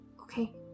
Okay